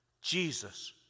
Jesus